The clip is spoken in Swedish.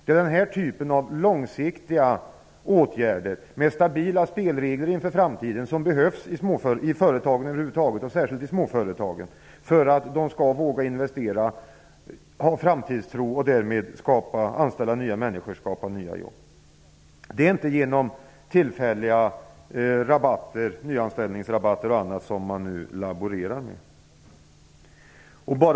Det är den här typen av långsiktiga åtgärder, med stabila spelregler inför framtiden, som behövs i företagen över huvud taget och särskilt i småföretagen, detta för att företagen skall kunna ha en framtidstro, våga investera och därmed anställa fler människor, något som skapar nya jobb. Det är inte genom tillfälliga rabatter, t.ex. nyanställningsrabatter som man nu laborerar med, som detta sker.